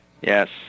Yes